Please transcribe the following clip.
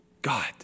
God